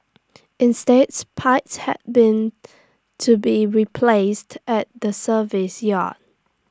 instates pipes have been to be replaced at the service yard